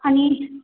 आणि